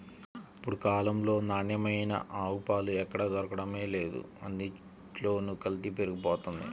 ఇప్పుడు కాలంలో నాణ్యమైన ఆవు పాలు ఎక్కడ దొరకడమే లేదు, అన్నిట్లోనూ కల్తీ పెరిగిపోతంది